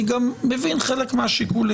אני גם מבין חלק מהשיקולים,